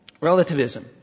Relativism